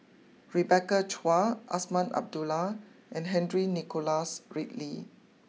Rebecca Chua Azman Abdullah and Henry Nicholas Ridley